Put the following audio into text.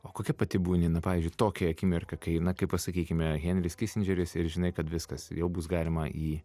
o kokia pati būni na pavyzdžiui tokią akimirką kai na kaip pasakykime henris kisindžeris ir žinai kad viskas jau bus galima jį